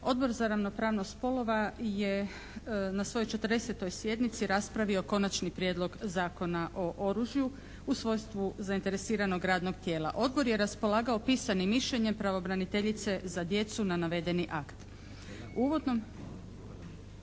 Odbor za ravnopravnost spolova je na svojoj 40. sjednici raspravio Konačni prijedlog Zakona o oružju u svojstvu zainteresiranog radnog tijela. Odbor je raspolagao pisanim mišljenjem pravobraniteljice za djecu na navedeni akt. U uvodnom